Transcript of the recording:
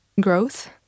growth